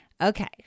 Okay